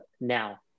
now